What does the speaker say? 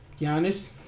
Giannis